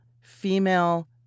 female